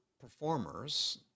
performers